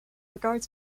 regards